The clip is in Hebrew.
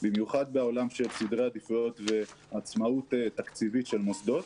במיוחד בעולם של סדרי עדיפויות ועצמאות תקציבית של מוסדות,